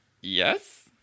yes